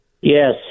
Yes